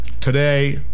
today